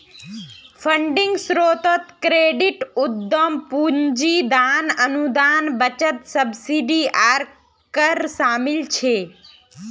funding स्रोतोत credit, उद्दाम पूंजी, दान, अनुदान, बचत, सब्सिडी आर कर शामिल छे